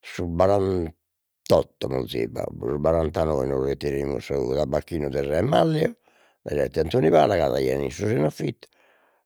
su barantotto morzeit babbu, su barantanoe nos retiremus su tabacchinu dai se Mallio, dai se tiu Antoni Pala, ca l'aian issos in affittu,